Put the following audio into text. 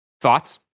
Thoughts